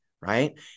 right